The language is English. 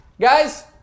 Guys